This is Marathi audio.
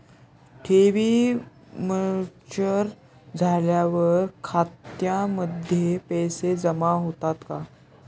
ठेवी मॅच्युअर झाल्यावर खात्यामध्ये पैसे जमा होतात का?